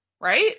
right